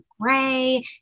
gray